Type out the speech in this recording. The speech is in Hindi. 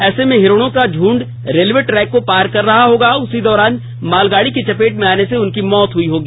ऐसे में हिरणों का झुंड रेलवे ट्रैक को पार कर रहा होगा उसी दौरान मालगाड़ी की चपेट में आने से उनकी मौत हुई होगी